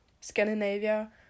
Scandinavia